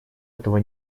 этого